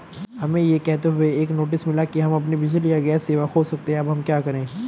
हमें यह कहते हुए एक नोटिस मिला कि हम अपनी बिजली या गैस सेवा खो सकते हैं अब हम क्या करें?